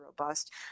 robust